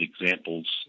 examples